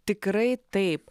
tikrai taip